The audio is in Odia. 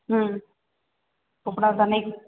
ହୁଁ କପଡ଼ାପତ୍ର ନେଇକି